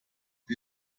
sie